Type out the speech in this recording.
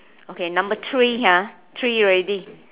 okay number three ha three already